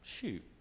shoot